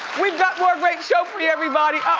we got more great show for everybody. up